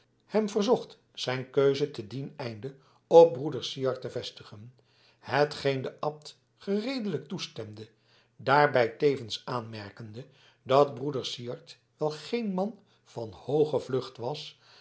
hem verzocht zijn keuze te dien einde op broeder syard te vestigen hetgeen de abt gereedelijk toestemde daarbij tevens aanmerkende dat broeder syard wel geen man van hooge vlucht was